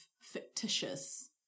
fictitious